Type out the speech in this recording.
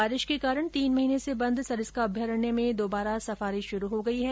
बारिश के कारण तीन महीने से बंद सरिस्का अभ्यारण्य में द्वारा सफारी शुरू हो गई है